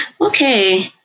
Okay